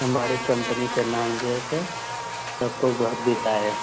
हमारे कंपनी का नाम जो है सर सबको घर देता है